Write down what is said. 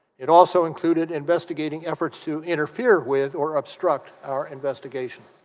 it also included investigating efforts to interfere with or obstruct our investigation